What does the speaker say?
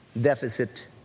deficit